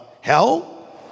Hell